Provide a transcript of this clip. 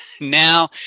Now